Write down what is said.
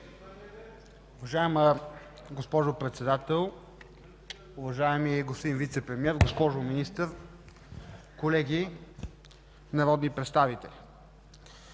Уважаема госпожо Председател, уважаеми господин Вицепремиер, госпожо Министър, колеги народни представители!